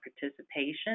participation